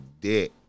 dick